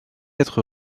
être